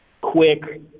quick